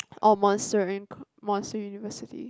or Monster Inc Monster University